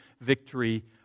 victory